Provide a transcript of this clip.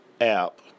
app